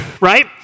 right